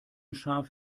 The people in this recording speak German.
schaf